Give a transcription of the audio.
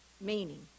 meaning